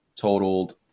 totaled